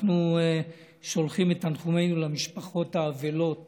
אנחנו שולחים את תנחומינו למשפחות האבלות